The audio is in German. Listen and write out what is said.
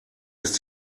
ist